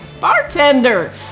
bartender